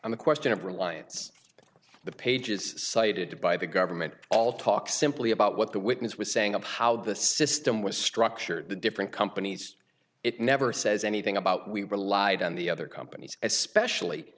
the question of reliance the pages cited by the government all talk simply about what the witness was saying about how the system was structured the different companies it never says anything about we relied on the other companies especially